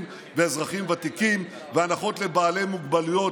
ולאזרחים ותיקים והנחות לבעלי מוגבלויות,